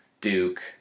Duke